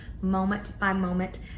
moment-by-moment